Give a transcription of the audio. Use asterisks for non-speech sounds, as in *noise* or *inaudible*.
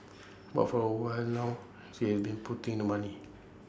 but for A while *noise* now she has been putting the money